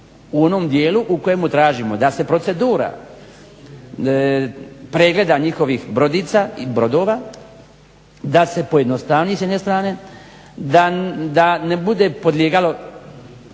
u onom dijelu u kojemu tražimo da se procedura pregleda njihovih brodica i brodova da se pojednostavi s jedne strane, da ne bude podlijegalo